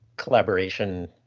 collaboration